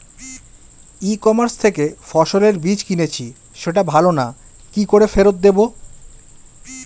ই commerce থেকে ফসলের বীজ কিনেছি সেটা ভালো না কি করে ফেরত দেব?